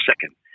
second